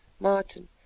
Martin